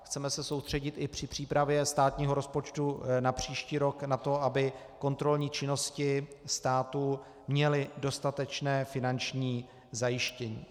Chceme se soustředit i při přípravě státního rozpočtu na příští rok na to, aby kontrolní činnosti státu měly dostatečné finanční zajištění.